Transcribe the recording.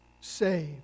saved